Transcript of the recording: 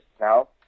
now